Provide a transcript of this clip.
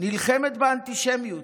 נלחמת באנטישמיות